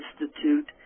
Institute